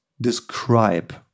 describe